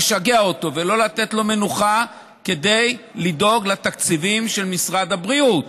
"לשגע" אותו ולא לתת לו מנוחה כדי לדאוג לתקציבים של משרד הבריאות.